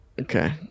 Okay